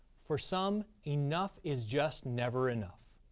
for some, enough is just never enough.